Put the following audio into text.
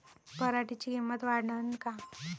पराटीची किंमत वाढन का?